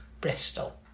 Bristol